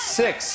six